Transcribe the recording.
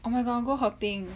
oh my god I want go hopping